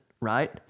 right